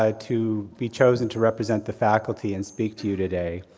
ah to be chosen to represent the faculty and speak to you today,